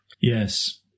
Yes